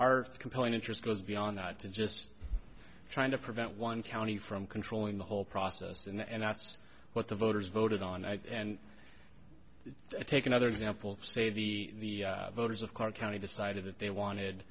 are compelling interest goes beyond that to just trying to prevent one county from controlling the whole process and that's what the voters voted on and take another example say the voters of clark county decided that they wanted